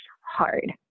hard